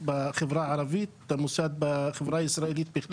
בחברה הישראלית לבין מוסד בחברה הערבית.